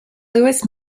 louis